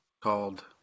called